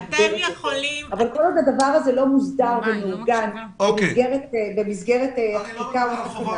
אבל כל עוד הדבר הזה לא מוסדר ומעוגן במסגרת חקיקה,